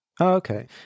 okay